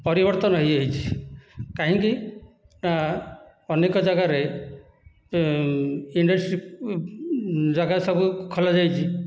ପରିବର୍ତ୍ତନ ହେଇଯାଇଛି କାହିଁକି ନା ଅନେକ ଯାଗାରେ ଇଣ୍ଡଷ୍ଟ୍ରି ଯାଗା ସବୁ ଖୋଲାଯାଇଛି